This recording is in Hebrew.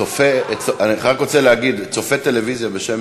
אני רק רוצה להגיד שצופה טלוויזיה בשם